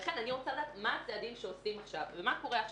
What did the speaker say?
לכן אני רוצה לדעת מה הצעדים שעושים עכשיו ומה קורה עכשיו.